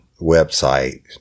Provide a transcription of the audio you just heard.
website